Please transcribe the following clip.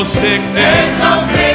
sickness